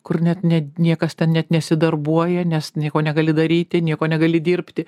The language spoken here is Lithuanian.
kur net ne niekas ten net nesidarbuoja nes nieko negali daryti nieko negali dirbti